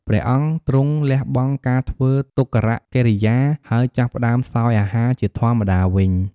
ព្រះអង្គទ្រង់លះបង់ការធ្វើទុក្ករកិរិយា ហើយចាប់ផ្តើមសោយអាហារជាធម្មតាវិញ។